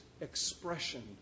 expression